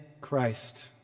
Christ